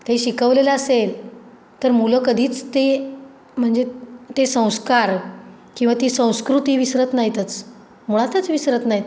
ते शिकवलेलं असेल तर मुलं कधीच ते म्हणजे ते संस्कार किंवा ती संस्कृती विसरत नाहीतच मुळातच विसरत नाहीत